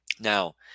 Now